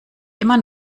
immer